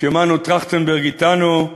כשמנו טרכטנברג אתנו: